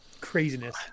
craziness